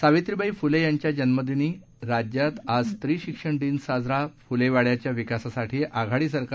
सावित्रीबाई फुलव्रियि जन्मदिनी राज्यात आज स्त्री शिक्षण दिन साजरा फुलव्रिड्याच्या विकासासाठी आघाडी सरकार